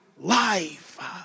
life